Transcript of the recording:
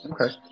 Okay